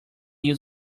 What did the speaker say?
you